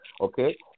okay